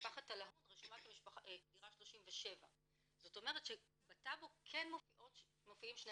ומשפחת טלהון רשומה כדירה 37. זאת אומרת שבטאבו כן מופיעים שני